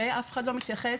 אף אחד לא מתייחס.